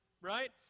Right